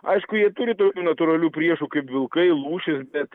aišku jie turi tokių natūralių priešų kaip vilkai lūšys bet